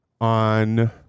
on